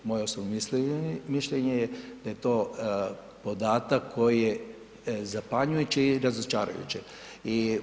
Moje osobno mišljenje je da je to podatak koji je zapanjujući i razočarajuće je.